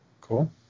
Cool